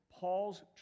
Paul's